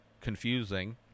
confusing